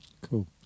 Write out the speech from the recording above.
Cool